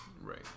Right